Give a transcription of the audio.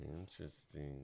Interesting